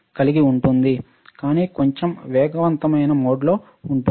కానీ కొంచెం వేగవంతమైన మోడ్ లో ఉంటుంది